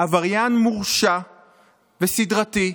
עבריין מורשע וסדרתי,